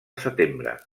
setembre